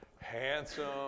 handsome